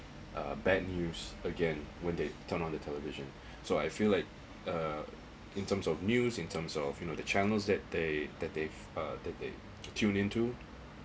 uh bad news again when they turn on the television so I feel like uh in terms of news in terms of you know the channels that they that if uh that they tune into